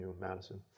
Madison